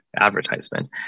advertisement